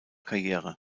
karriere